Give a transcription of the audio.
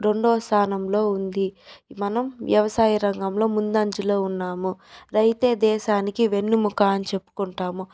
రెండవ స్థానంలో ఉంది మనం వ్యవసాయ రంగంలో ముందంజలో ఉన్నాము రైతే దేశానికి వెన్నుముక అని చెప్పుకుంటాము